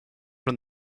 from